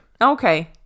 Okay